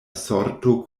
sorto